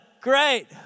great